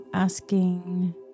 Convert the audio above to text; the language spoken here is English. asking